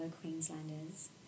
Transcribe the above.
Queenslanders